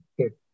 okay